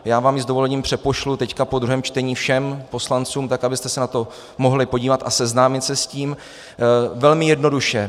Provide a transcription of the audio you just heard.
Já vám ji s dovolením přepošlu teď po druhém čtení, všem poslancům, abyste se na to mohli podívat a seznámit se s tím velmi jednoduše.